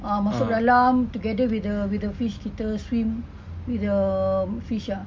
ah masuk dalam together with the with the fish kita swim with the fish ah